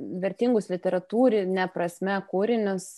vertingus literatūrine prasme kūrinius